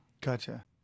Gotcha